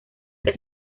que